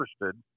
interested